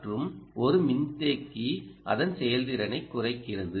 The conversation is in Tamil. மற்றும் ஒரு மின்தேக்கி அதன் செயல்திறனைக் குறைக்கிறது